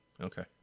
Okay